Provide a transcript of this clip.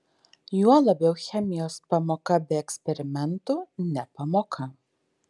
juo labiau chemijos pamoka be eksperimentų ne pamoka